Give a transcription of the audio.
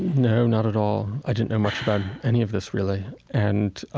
no, not at all. i didn't know much about any of this really and, ah,